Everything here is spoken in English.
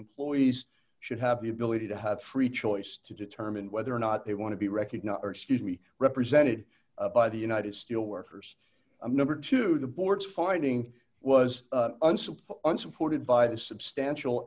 employees should have the ability to have free choice to determine whether or not they want to be recognized excuse me represented by the united steelworkers i'm number two the board's finding was unsuitable unsupported by the substantial